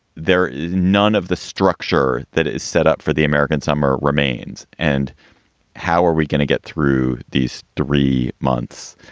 there is none of the structure that is setup for the american summer remains. and how are we going to get through these three months?